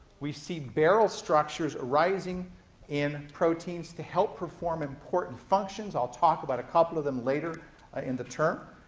we see barrel structures arising in proteins to help perform important functions. i'll talk about a couple of them later ah in the term.